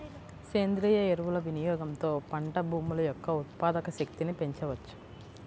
సేంద్రీయ ఎరువుల వినియోగంతో పంట భూముల యొక్క ఉత్పాదక శక్తిని పెంచవచ్చు